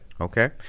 Okay